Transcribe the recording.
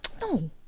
no